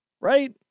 right